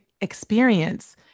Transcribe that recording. experience